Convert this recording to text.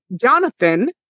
Jonathan